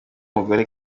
mugore